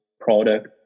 product